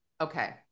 Okay